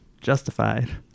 justified